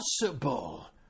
possible